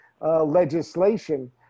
legislation